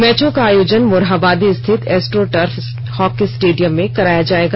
मैचों का आयोजन मोरहाबादी स्थित एस्ट्रो टर्फ हॉकी स्टेडियम में कराया जाएगा